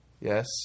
Yes